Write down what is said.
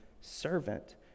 servant